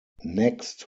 next